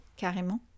carrément